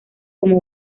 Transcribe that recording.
como